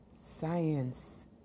Science